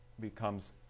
becomes